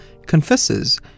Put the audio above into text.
Confesses